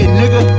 nigga